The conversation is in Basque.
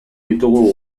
ditugu